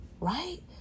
right